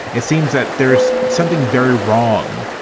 it seems that there's something very wrong